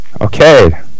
Okay